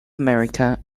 america